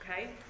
Okay